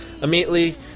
immediately